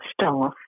staff